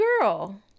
girl